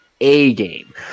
A-game